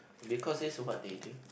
because is what they do